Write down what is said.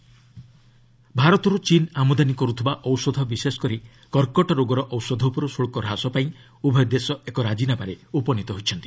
ଚୀନ୍ India drugs ଭାରତରୁ ଚୀନ୍ ଆମଦାନୀ କରୁଥିବା ଔଷଧ ବିଶେଷ କରି କର୍କଟ ରୋଗର ଔଷଧ ଉପରୁ ଶୁଳ୍କ ହ୍ରାସ ପାଇଁ ଉଭୟ ଦେଶ ଏକ ରାଜିନାମାରେ ଉପନୀତ ହୋଇଛନ୍ତି